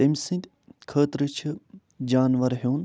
تٔمۍ سٕنٛدۍ خٲطرٕ چھِ جانوَر ہیوٚن